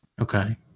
Okay